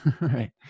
right